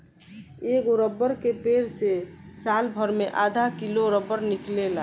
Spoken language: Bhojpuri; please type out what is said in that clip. एगो रबर के पेड़ से सालभर मे आधा किलो रबर निकलेला